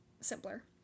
simpler